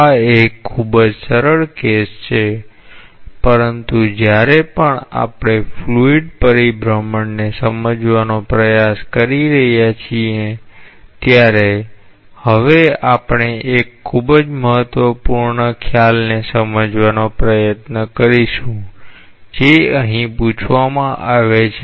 આ એક ખૂબ જ સરળ કેસ છે પરંતુ જ્યારે પણ આપણે ફ્લુઇડ પરિભ્રમણને સમજવાનો પ્રયાસ કરી રહ્યા છીએ ત્યારે હવે આપણે એક ખૂબ જ મહત્વપૂર્ણ ખ્યાલને સમજવાનો પ્રયત્ન કરીશું જે અહી પૂછવામાં આવે છે